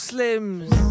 Slims